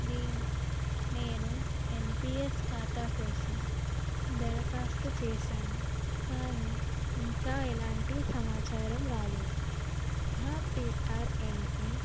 దీన్ నేను ఎన్పిఎస్ ఖాతా కోసం దరఖాస్తు చేశాను కానీ ఇంకా ఎలాంటి సమాచారం రాలేదు నా పిఆర్ఏఎన్